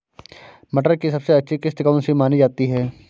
मटर की सबसे अच्छी किश्त कौन सी मानी जाती है?